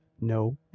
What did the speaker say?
no